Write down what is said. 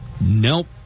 Nope